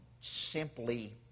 simply